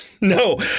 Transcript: No